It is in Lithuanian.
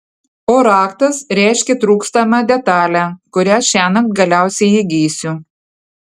o raktas reiškia trūkstamą detalę kurią šiąnakt galiausiai įgysiu